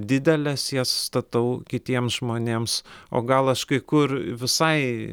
dideles jas statau kitiems žmonėms o gal aš kai kur visai